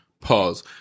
Pause